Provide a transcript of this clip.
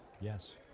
Yes